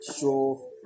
show